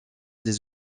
des